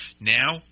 Now